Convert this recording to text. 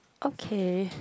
okay